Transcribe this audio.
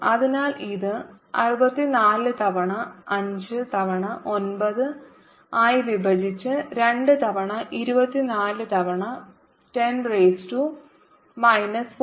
അതിനാൽ ഇത് 64 തവണ 5 തവണ 9 ആയി വിഭജിച്ച് 2 തവണ 24 തവണ 10 റൈസ് ടു മൈനസ് 4